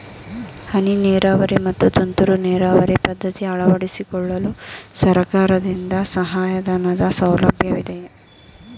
ಹನಿ ನೀರಾವರಿ ಮತ್ತು ತುಂತುರು ನೀರಾವರಿ ಪದ್ಧತಿ ಅಳವಡಿಸಿಕೊಳ್ಳಲು ಸರ್ಕಾರದಿಂದ ಸಹಾಯಧನದ ಸೌಲಭ್ಯವಿದೆಯೇ?